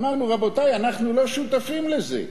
אמרנו, רבותי, אנחנו לא שותפים לזה.